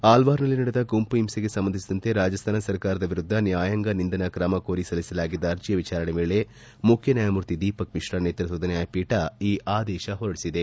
ಆಲ್ವಾರ್ನಲ್ಲಿ ನಡೆದ ಗುಂಪು ಹಿಂಸೆಗೆ ಸಂಬಂಧಿಸಿದಂತೆ ರಾಜಸ್ಥಾನ ಸರ್ಕಾರದ ವಿರುದ್ಧ ನ್ಯಾಯಾಂಗ ನಿಂದನಾ ಕ್ರಮ ಕೋರಿ ಸಲ್ಲಿಸಲಾಗಿದ್ದ ಅರ್ಜಿಯ ವಿಚಾರಣೆಯ ವೇಳೆ ಮುಖ್ಯನ್ಯಾಯಮೂರ್ತಿ ದೀಪಕ್ ಮಿಪ್ರಾ ನೇತೃತ್ವದ ನ್ಯಾಯಪೀಠ ಈ ಆದೇಶ ಹೊರಡಿಸಿದೆ